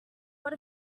what